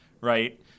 right